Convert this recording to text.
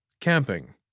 Camping